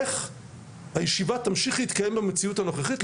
איך הישיבה תמשיך להתקיים במציאות הנוכחית,